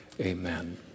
Amen